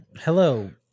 Hello